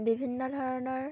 বিভিন্ন ধৰণৰ